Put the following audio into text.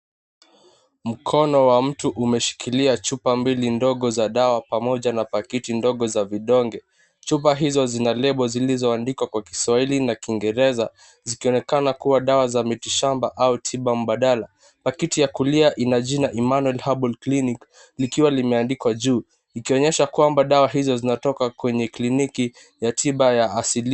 Mkono wa mtu umeshikilia chupa mbili ndogo za dawa pamoja na pakiti ndogo za vidonge. Chupa hizo zina lebo zilizoandikwa kwa kiswahili na kiingereza zikionekana kua dawa za mitishamba au tiba mbadala. Pakiti ya kulia ina jina Emmanuel Herbal Clinic likiwa limeandikwa juu ikionyesha kwamba dawa hizo zinatoka kwenye kliniki ya tiba ya asilia.